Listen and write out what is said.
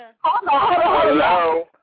Hello